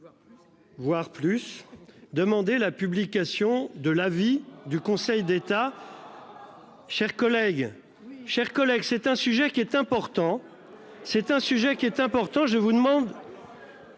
Voire plus demander la publication de l'avis du Conseil d'État. Chers collègues. Chers collègues, c'est un sujet qui est important, c'est un sujet qui est important, je vous demande.